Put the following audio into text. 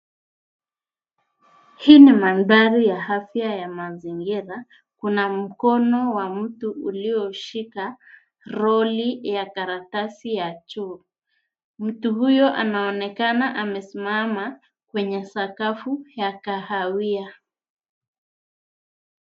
Hii ni mandhari ya afya ya mazingira kuna mkono wa mtu ulioshika roli ya karatasi ya choo ,mtu huyo anaonekana amesimama kwenye sakafu ya kahawia.